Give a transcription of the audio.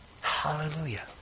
Hallelujah